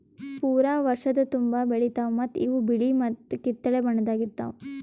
ಪೂರಾ ವರ್ಷದ ತುಂಬಾ ಬೆಳಿತಾವ್ ಮತ್ತ ಇವು ಬಿಳಿ ಮತ್ತ ಕಿತ್ತಳೆ ಬಣ್ಣದಾಗ್ ಇರ್ತಾವ್